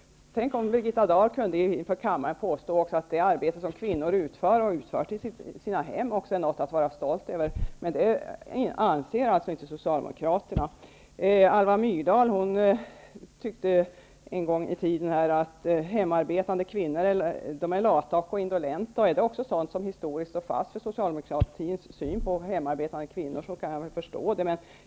Tänk om Birgitta Dahl inför kammaren kunde påstå att det arbete som kvinnor utför i sina hem är något att vara stolt över. Men det anser således inte socialdemokraterna. Alva Myrdal tyckte en gång i tiden att hemarbetande kvinnor var lata och indolenta. Om det är sådant som historiskt står fast i socialdemokratins syn på hemarbetande kvinnor skulle jag kunna förstå det.